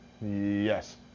Yes